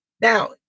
Now